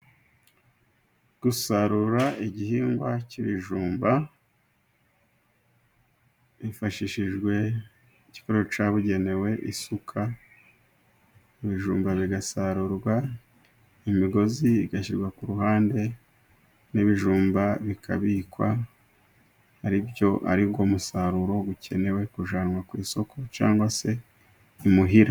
Gusarura igihingwa cy'ibijumba hifashishijwe igikoresho cyabugenewe isuka, ibijumba bigasarurwa imigozi igashyirwa ku ruhande n'ibijumba bikabikwa ari byo aribwo musaruro ukenewe kujyanwa ku isoko cyangwa se imuhira.